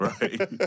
Right